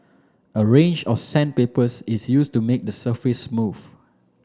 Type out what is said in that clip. a range of sandpapers is used to make the surface smooth